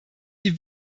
die